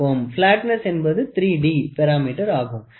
flatness என்பது 3D பெறாமீட்டராகும்